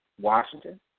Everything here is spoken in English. Washington